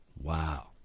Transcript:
Wow